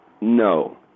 No